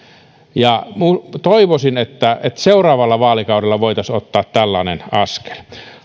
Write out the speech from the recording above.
toivoisin että seuraavalla vaalikaudella voitaisiin ottaa tällainen askel